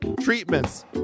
treatments